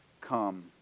come